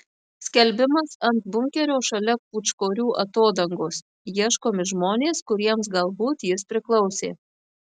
skelbimas ant bunkerio šalia pūčkorių atodangos ieškomi žmonės kuriems galbūt jis priklausė